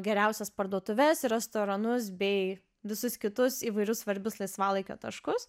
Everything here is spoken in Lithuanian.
geriausias parduotuves ir restoranus bei visus kitus įvairius svarbius laisvalaikio taškus